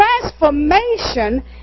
Transformation